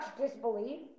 disbelief